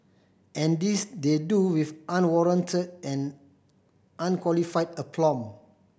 and this they do with unwarranted and unqualified aplomb